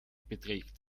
beträgt